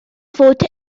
fod